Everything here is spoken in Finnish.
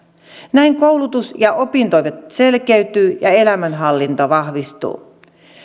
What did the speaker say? näin koulutus ja opinnot selkeytyvät ja elämänhallinta vahvistuu